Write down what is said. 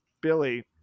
Billy